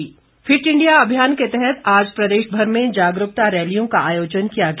fit India fit India अभियान के तहत आज प्रदेश भर में जागरूकता रैलियों का आयोजन किया गया